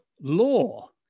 law